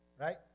Right